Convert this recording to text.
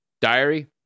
diary